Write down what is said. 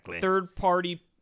third-party